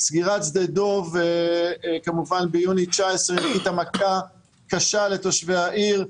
סגירת שדה דב ביוני 2019 הנחיתה מכה קשה לתושבי העיר.